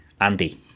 Andy